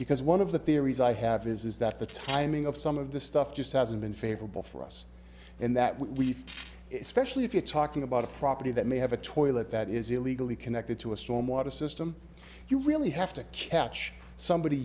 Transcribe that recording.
because one of the theories i have is that the timing of some of this stuff just hasn't been favorable for us and that we specially if you're talking about a property that may have a toilet that is illegally connected to a stormwater system you really have to catch somebody